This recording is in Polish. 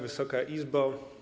Wysoka Izbo!